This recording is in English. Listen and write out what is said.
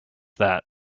that